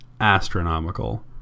astronomical